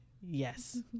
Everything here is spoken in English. yes